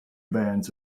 bands